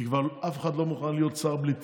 כי כבר אף אחד לא מוכן להיות שר בלי תיק,